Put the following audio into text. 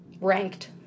Ranked